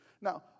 Now